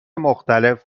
مختلف